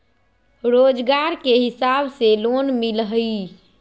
रोजगार के हिसाब से लोन मिलहई?